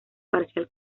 parcial